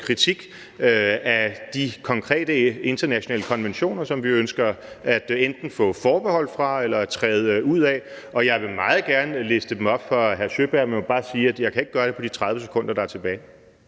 kritik af de konkrete internationale konventioner, som vi ønsker enten at få forbehold fra eller træde ud af. Jeg vil meget gerne læse dem op for hr. Niels Sjøberg, men jeg må bare sige, at jeg ikke kan gøre det på de 30 sekunder, der er tilbage.